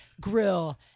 grill